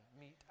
meet